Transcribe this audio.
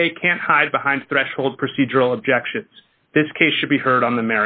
a can't hide behind threshold procedural objections this case should be heard on the